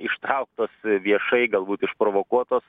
ištrauktos viešai galbūt išprovokuotos